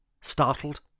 Startled